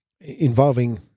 involving